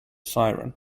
siren